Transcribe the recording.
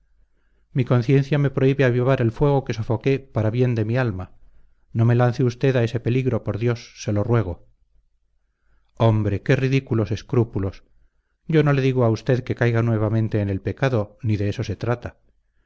mi conciencia me prohíbe avivar el fuego que sofoqué para bien de mi alma no me lance usted a ese peligro por dios se lo ruego hombre qué ridículos escrúpulos yo no le digo a usted que caiga nuevamente en el pecado ni de eso se trata